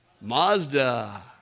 Mazda